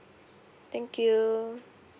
thank you